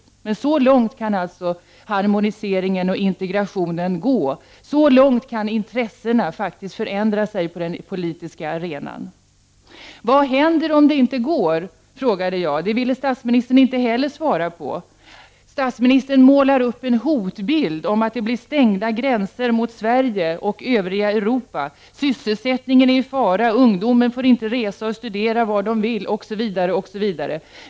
Men så långt kan alltså harmoniseringen och integrationen gå. Så långt kan intressena faktiskt förändras på den politiska arenan. Vad händer om det inte går, frågade jag. Det ville statsministern inte heller svara på. Statsministern målar upp en hotbild om att det blir stängda gränser mot Sverige och mot övriga Europa, att sysselsättningen är i fara, att ungdomen inte får resa och studera var den vill, osv.